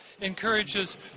encourages